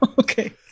Okay